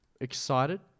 excited